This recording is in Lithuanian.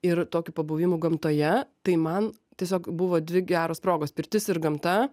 ir tokiu pabuvimu gamtoje tai man tiesiog buvo dvi geros progos pirtis ir gamta